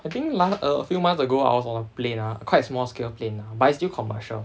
I think like a few months ago I was on a plane ah quite small scale plane but it's still commercial